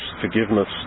forgiveness